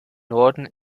norden